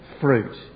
fruit